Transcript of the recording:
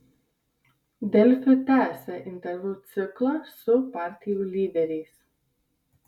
delfi tęsia interviu ciklą su partijų lyderiais